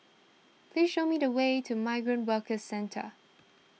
please show me the way to Migrant Workers Centre